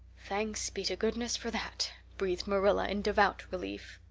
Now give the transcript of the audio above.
thanks be to goodness for that, breathed marilla in devout relief.